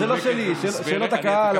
זה לא שלי, שאלות מהקהל, אנשים חשובים.